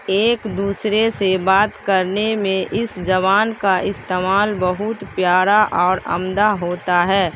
ایک دوسرے سے بات کرنے میں اس زبان کا استعمال بہت پیارا اور عمدہ ہوتا ہے